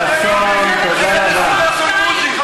חבר הכנסת חסון, תודה רבה.